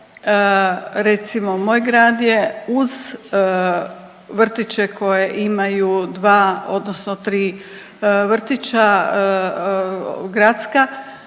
Recimo moj grad je uz vrtiće koje imaju dva odnosno tri vrtića gradska